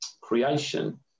creation